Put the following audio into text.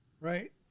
right